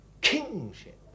kingship